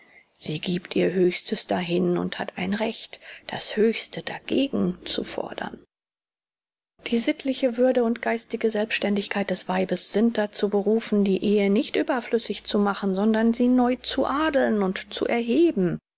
sie gibt ihr höchstes dahin und hat ein recht das höchste dagegen zu fordern die sittliche würde und geistige selbstständigkeit des weibes sind dazu berufen die ehe nicht überflüssig zu machen sondern sie neu zu adeln und zu erheben